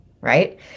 right